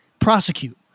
prosecute